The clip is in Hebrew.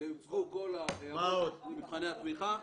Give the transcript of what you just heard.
והוצגו כל ההערות למבחני התמיכה,